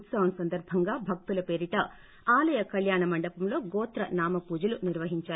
ఉత్సవం సందర్శంగా భక్తుల పేరిట ఆలయ కల్యాణ మండపంలో గోత్ర నామ పూజలు నిర్వహించారు